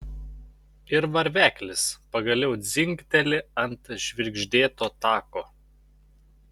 ir varveklis pagaliau dzingteli ant žvirgždėto tako